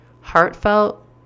heartfelt